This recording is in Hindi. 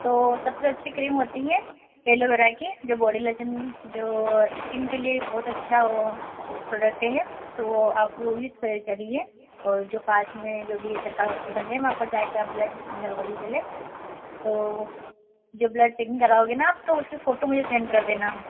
तो सबसे अच्छी क्रीम होती है एलोवेरा की जो बोडी लोसन जो इस्किन के लिए बहुत अच्छा प्रोडक्ट है तो आप वह यूज़ करिए और जो पास में जो भी सरकारी हॉस्पिटल है जा कर आप ब्लड चेकिंग करवाइए पहले तो जो ब्लड चेकिंग कराओगे ना आप तो उसकी फोटो मुझे सेंड कर देना